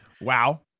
Wow